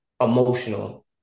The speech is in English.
emotional